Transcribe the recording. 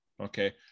Okay